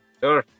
sure